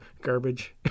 Garbage